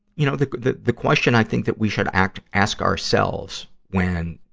you know, the, the the question i think that we should act, ask ourselves when,